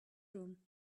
room